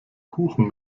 kuchen